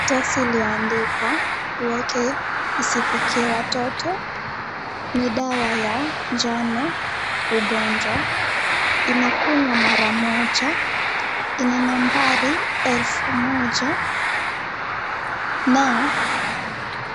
Karatasi imeandikwa uweke isifikie, watoto ni dawa ya njano, ugonjwa inakunywa mara moja, ina nambari elfu moja, na.